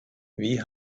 wie